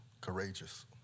courageous